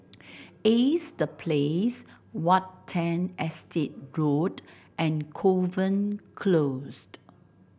Ace The Place Watten Estate Road and Kovan Close